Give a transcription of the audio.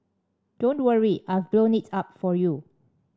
don't worry I've blown it up for you